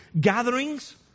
Gatherings